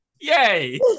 yay